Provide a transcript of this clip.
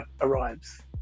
arrives